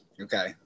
Okay